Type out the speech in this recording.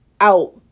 out